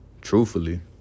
truthfully